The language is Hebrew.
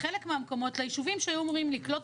בחלק מהמקומות לישובים שהיו אמורים לקלוט